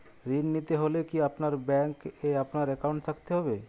ঋণ নিতে হলে কি আপনার ব্যাংক এ আমার অ্যাকাউন্ট থাকতে হবে?